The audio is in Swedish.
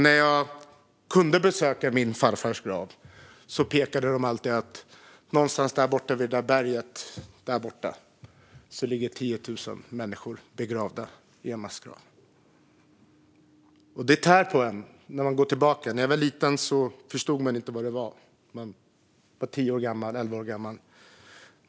När jag kunde besöka min farfars grav pekade en man och sa: Någonstans vid berget där borta ligger 10 000 människor begravda i en massgrav. Det tär på en när man går tillbaka. När jag var liten förstod jag inte vad det var. Jag var tio elva år gammal.